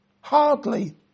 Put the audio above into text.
Hardly